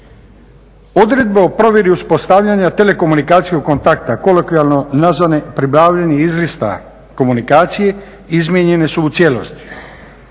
Odredba o provjeri uspostavljanja telekomunikacijskog kontakta, kolokvijalno nazvane pribavljanje izlista komunikacije izmijenjene su u cijelosti.